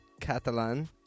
Catalan